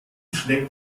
schlägt